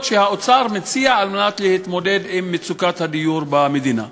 שהאוצר מציע כדי להתמודד עם מצוקת הדיור במדינה.